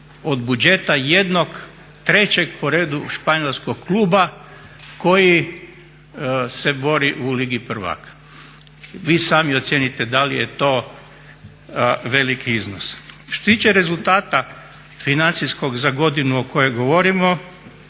od budžeta jednog trećeg po redu španjolskog kluba koji se bori u Ligi prvaka. Vi sami ocijenite da li je to veliki iznos. Što se tiče rezultata financijskog za godinu o kojoj govorimo,